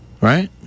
Right